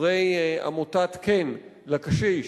חברי עמותת "כן לזקן"